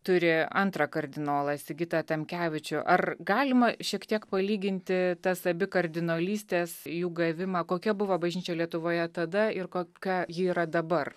turi antrą kardinolą sigitą tamkevičių ar galima šiek tiek palyginti tas abi kardinolystes jų gavimą kokia buvo bažnyčia lietuvoje tada ir kokia ji yra dabar